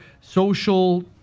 social